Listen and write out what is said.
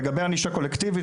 לגבי ענישה קולקטיבית,